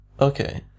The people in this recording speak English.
Okay